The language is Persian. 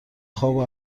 خوابو